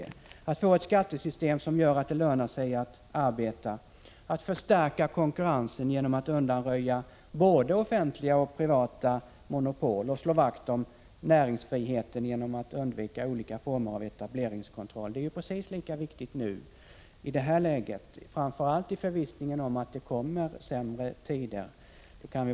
Det är fråga om att få till stånd ett skattesystem som gör att det lönar sig att arbeta, det är fråga om att förstärka konkurrenskraften genom att undanröja både offentliga och privata monopol och slå vakt om näringsfriheten genom att undvika olika former av etableringskontroll. Vi anser att detta är precis lika viktigt i det här läget, framför allt som vi kan vara förvissade om att det kommer sämre tider.